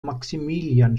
maximilian